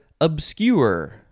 obscure